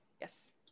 yes